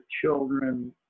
children